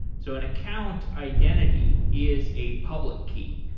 so an account identity is a public key.